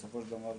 בסופו של דבר,